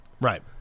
Right